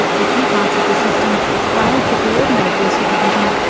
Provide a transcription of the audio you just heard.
the two parts of the system failed to coordinate their supervision,